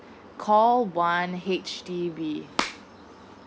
call one H_D_B